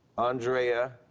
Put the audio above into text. andrea,